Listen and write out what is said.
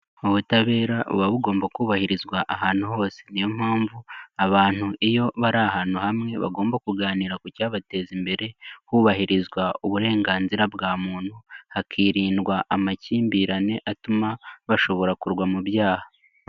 Ubutabera buba bugomba kubahirizwa ahantu hose niyo mpamvu abantu iyo bari ahantu hamwe bagomba kuganira ku cyabateza imbere, hubahirizwa uburenganzira bwa muntu hakiririndwa amakimbirane atuma bashobora kugwa mu byaha.